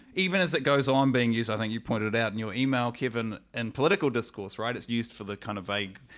even as it goes on being used, i think you pointed out and your email, kevin, and political discourse right it's used for the kind of vague.